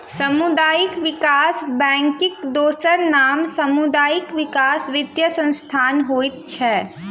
सामुदायिक विकास बैंकक दोसर नाम सामुदायिक विकास वित्तीय संस्थान होइत छै